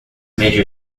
major